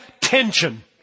tension